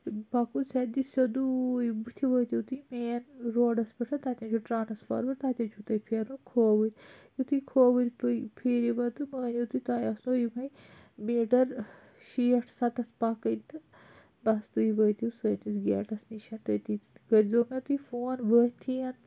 پَکُن سیٛدِ سیٚودُے بٕتھِ وٲتِو تُہۍ مین روڈَس پؠٹھ تَتؠن چھُو ٹرانَسفارمَر تَتؠن چھُ تۄہہِ پھیرُن کھوٕرۍ یُتُھے کھوٕرۍ پھیرِو پَتہٕ مٲنو تُہۍ تۄہہِ آسنو یِمَے میٖٹَر شیٹھ ستتھ پَکٕنۍ تہٕ بَس تُہۍ وٲتِو سٲنِس گیٹَس نِش تٔتِی کٔرزیٚو مےٚ تُہۍ فون وٲتھٕے تہٕ